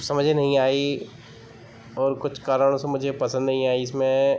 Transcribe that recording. समझ नहीं आई और कुछ कारणों से मुझे यह पसंद नहीं आई इसमें